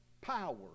power